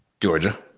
Georgia